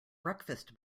breakfast